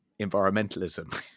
environmentalism